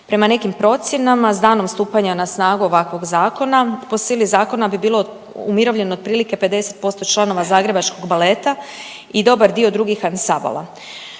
prema nekim procjenama, s danom stupanja na snagu ovakvog zakona, po sili zakona bi bilo umirovljeno otprilike 50% članova zagrebačkog baleta i dobar dio drugih ansambala.